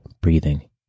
breathing